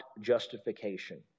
justification